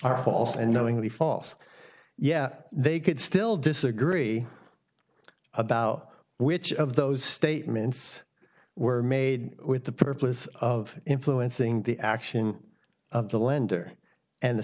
are false and knowingly false yet they could still disagree about which of those statements were made with the purpose of influencing the action of the lender and the